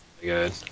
good